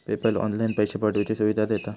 PayPal online पैशे पाठवुची सुविधा देता